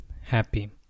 happy